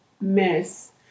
miss